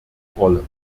rolle